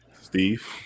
Steve